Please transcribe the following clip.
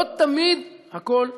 לא תמיד הכול שפיט.